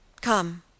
Come